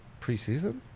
Preseason